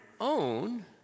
own